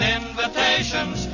invitations